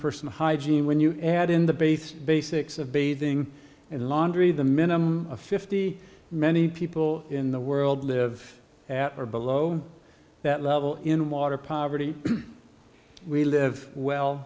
personal hygiene when you add in the base basics of bathing and laundry the minimum of fifty many people in the world live at or below that level in water poverty we live well